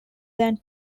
than